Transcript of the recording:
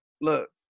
Look